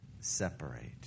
separate